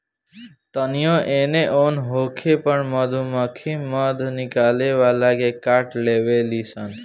तानियो एने ओन होखे पर मधुमक्खी मध निकाले वाला के काट लेवे ली सन